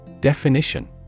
Definition